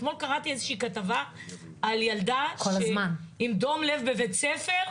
אתמול קראתי איזושהי כתבה על ילדה עם דום לב בבית ספר,